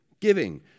giving